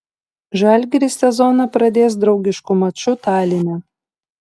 žalgiris sezoną pradės draugišku maču taline